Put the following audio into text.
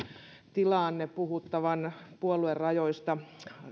tilanne puhuttavan puoluerajoista